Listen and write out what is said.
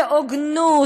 בהוגנות,